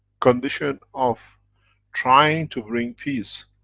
condition of trying to bring peace